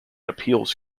appeals